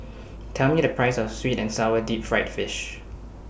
Tell Me The Price of Sweet and Sour Deep Fried Fish